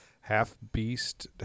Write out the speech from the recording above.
half-beast